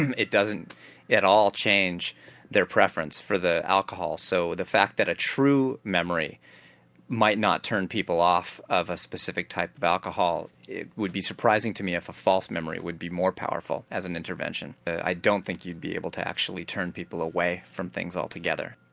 and it doesn't at all change their preference for the alcohol, so the fact that a true memory might not turn people off of a specific type of alcohol, it would be surprising to me if a false memory would be more powerful as an intervention. i don't think you'd be able to actually turn people away from things altogether.